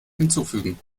hinzufügen